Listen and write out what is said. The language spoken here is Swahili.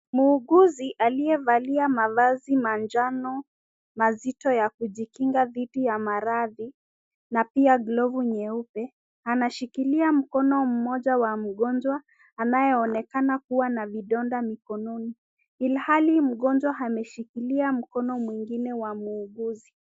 Muuguzi aliyevalia mavazi manjano mazito ya kujikinga dhidi ya maradhi, na pia glovu nyeupe anashikilia mkono mmoja wa mgonjwa anayeonekana kuwa na vidonda mikononi. Ilhali mgonjwa ameshikilia mkono mwingine wa muuguzi.